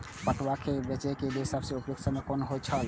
पटुआ केय बेचय केय सबसं उपयुक्त समय कोन होय छल?